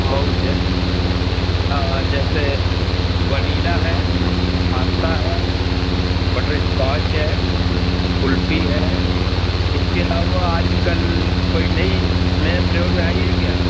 مئو سے ہاں جیسے ونیلا ہے پاستا ہے بٹر اسکاچ ہے کُلفی ہے اِس کے علاوہ آج کل کوئی نئی نئے فلیور میں آئی ہے کیا